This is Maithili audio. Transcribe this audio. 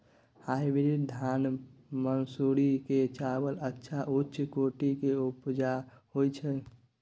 हाइब्रिड धान मानसुरी के चावल अच्छा उच्च कोटि के उपजा होय छै?